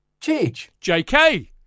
JK